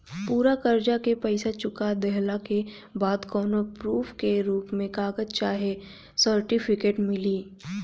पूरा कर्जा के पईसा चुका देहला के बाद कौनो प्रूफ के रूप में कागज चाहे सर्टिफिकेट मिली?